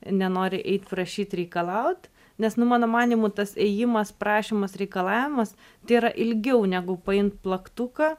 nenori eit prašyt reikalaut nes nu mano manymu tas ėjimas prašymas reikalavimas tai yra ilgiau negu paimt plaktuką